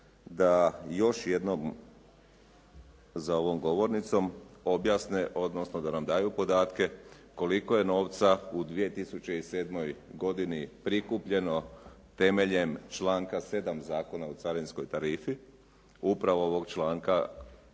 da još jednom za ovom govornicom objasne odnosno da nam daju podatke koliko je novca u 2007. godini prikupljeno temeljem članka 7. Zakona o carinskoj tarifi upravo ovog članka